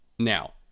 Now